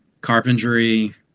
Carpentry